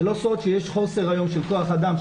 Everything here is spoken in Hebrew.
זה לא סוד שיש היום חוסר של כוח אדם,